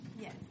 Yes